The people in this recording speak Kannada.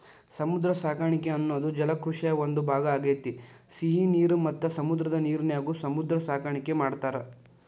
ಸಮುದ್ರ ಸಾಕಾಣಿಕೆ ಅನ್ನೋದು ಜಲಕೃಷಿಯ ಒಂದ್ ಭಾಗ ಆಗೇತಿ, ಸಿಹಿ ನೇರ ಮತ್ತ ಸಮುದ್ರದ ನೇರಿನ್ಯಾಗು ಸಮುದ್ರ ಸಾಕಾಣಿಕೆ ಮಾಡ್ತಾರ